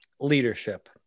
leadership